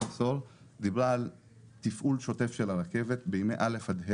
עשור דיברה על תפעול שוטף של הרכבת בימים א' עד ה',